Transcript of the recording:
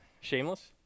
Shameless